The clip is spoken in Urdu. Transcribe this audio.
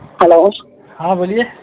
ہیلو ہاں بولیے